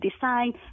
design